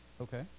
Okay